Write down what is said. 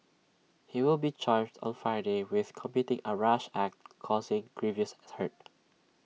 he will be charged on Friday with committing A rash act causing grievous hurt